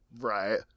Right